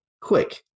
quick